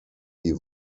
die